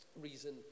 reason